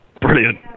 Brilliant